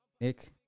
Nick